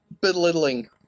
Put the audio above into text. belittling